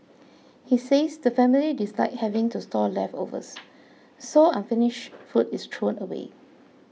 he says the family dislike having to store leftovers so unfinished food is thrown away